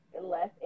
less